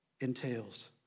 entails